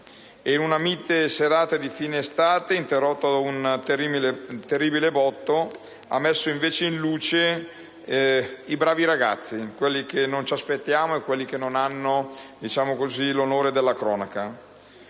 Una mite serata di fine estate, interrotta da un terribile botto, ha messo invece in luce i bravi ragazzi, quelli che non ci aspettiamo e che non hanno l'onore della cronaca.